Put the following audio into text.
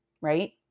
right